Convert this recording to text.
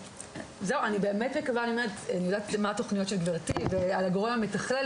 אני יודעת מה התוכניות של גברתי ועל הגורם המתכלל.